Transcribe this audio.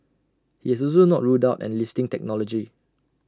he has also not ruled out enlisting technology